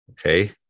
Okay